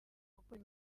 gukora